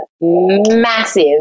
massive